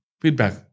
feedback